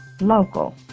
local